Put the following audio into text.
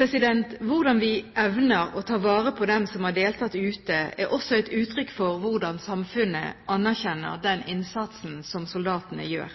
Hvordan vi evner å ta vare på dem som har deltatt ute, er også et uttrykk for hvordan samfunnet anerkjenner den innsatsen som soldatene gjør.